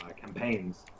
campaigns